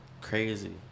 crazy